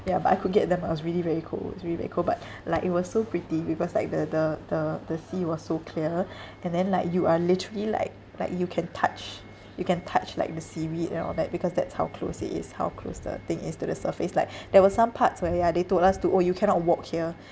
ya but I could get them I was really very cold it's really very cold but like it was so pretty because like the the the the sea was so clear and then like you are literally like like you can touch you can touch like the seaweed and all that because that's how close it is how close the thing is to the surface like there were some parts where ya they told us to oh you cannot walk here